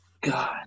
God